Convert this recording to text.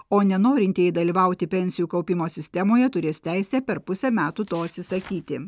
o nenorintieji dalyvauti pensijų kaupimo sistemoje turės teisę per pusę metų to atsisakyti